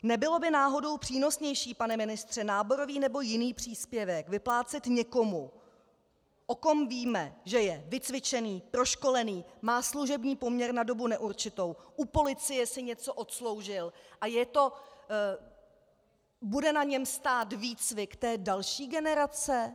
Nebylo by náhodou přínosnější, pane ministře, náborový nebo jiný příspěvek vyplácet někomu, o kom víme, že je vycvičený, proškolený, má služební poměr na dobu neurčitou, u policie si něco odsloužil a bude na něm stát výcvik té další generace?